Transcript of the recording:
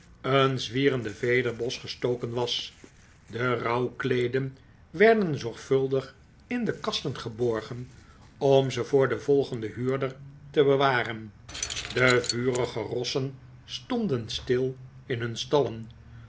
een zwierende vederbos gestoken was de rouwkleeden werden zorgvuldig in kasten geborgen om ze voor den volgenden huurder te bewaren de vurige rossen stonden stil in hun stallen